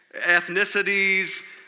ethnicities